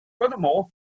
Furthermore